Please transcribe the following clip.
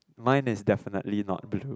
mine is definitely not blue